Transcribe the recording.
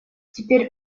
теперь